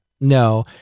No